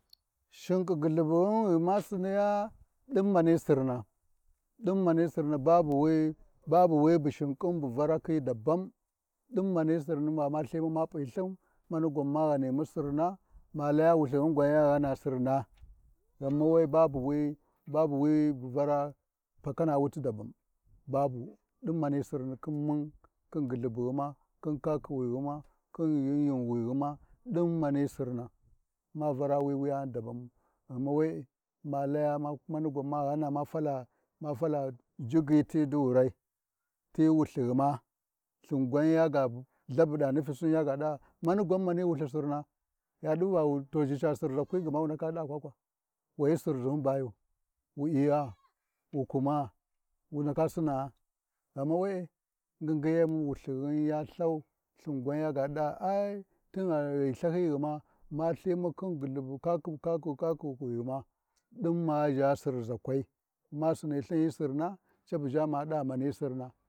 Shinƙi gyullhubughima ghi ma siniya, ɗin mani Sirna, ɗin mani Sirna babu wi, babu wi bu shinkin bu Varakhi dabam, ɗin mani Sirna ba ma Lthin ma P’iLthin, ma ghanimu sirna ma laya gwan WuLthughima gwan ya ghan sirna, ghama we-e babu wi-babu wi bu vara pakana wuti daban, babu, ɗin mani sirna khin mun khin ghullhubughima khin kakhi, wi ghima, khin yi-yiwughima din mani sirna, ma vara wi wuyanu dabanmu, ghana we-e ma laya ma manigwan marfata ghana ma falu gigyi ti nu durai, ti Wulthighima, Lthin gwan yaga Lthabuɗa nufisin yaɗa ba manigwan mani Wulthi Sirna yaɗu va to ʒhi ca Sirʒakwi gma wundak ɗa va kwakwa, wani Sirʒihin bayu, wu iyaa, wu kumaa, wu ndaka Sinaa, ghama we-e ngyigyiyema Wulthighin ya Lthau, Lthin gwan yaka ɗa ai tungha ghi Lthayighima, MaLthimu khin gyullubu kaku-kaku-kaku kakughima ɗa ma, ɗin ma ʒha Sirʒakwai, ma siniLthin hyi Sirna cabuxha ma ɗa mani Sirna.